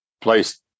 place